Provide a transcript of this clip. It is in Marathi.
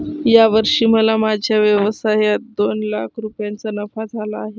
या वर्षी मला माझ्या व्यवसायात दोन लाख रुपयांचा नफा झाला आहे